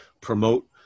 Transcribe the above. promote